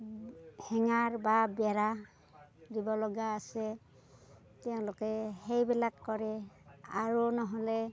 হেঙাৰ বা বেৰা দিব লগা আছে তেওঁলোকে সেইবিলাক কৰে আৰু নহ'লে